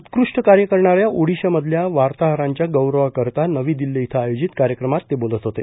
उत्कृष्ट कार्य करणाऱ्या ओडिशा मधल्या वार्ताहरांच्या गौरवाकरता नवी दिल्ली इथं आयोजित कार्यक्रमात ते बोलत होते